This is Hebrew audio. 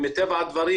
מטבע הדברים,